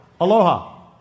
Aloha